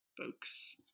folks